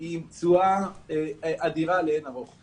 היא תשואה אדירה לאין ערוך.